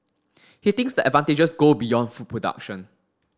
he thinks the advantages go beyond food production